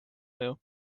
mõju